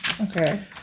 Okay